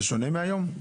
זה שונה מהיום?